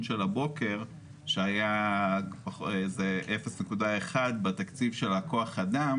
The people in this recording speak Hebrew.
של הבוקר שהיה 0.1 בתקציב של כוח האדם